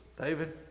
David